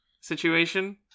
situation